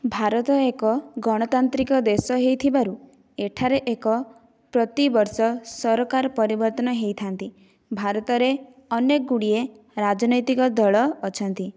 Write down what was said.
ଭାରତ ଏକ ଗଣତାନ୍ତ୍ରିକ ଦେଶ ହୋଇଥିବାରୁ ଏଠାରେ ଏକ ପ୍ରତି ବର୍ଷ ସରକାର ପରିବର୍ତ୍ତନ ହୋଇଥାଆନ୍ତି ଭାରତରେ ଅନେକ ଗୁଡ଼ିଏ ରାଜନୈତିକ ଦଳ ଅଛନ୍ତି